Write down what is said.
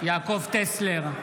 טסלר,